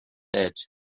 edge